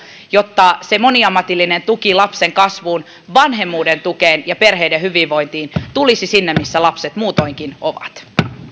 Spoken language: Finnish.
jotta se moniammatillinen tuki lapsen kasvuun vanhemmuuden tukeen ja perheiden hyvinvointiin tulisi sinne missä lapset muutoinkin ovat